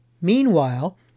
Meanwhile